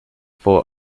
for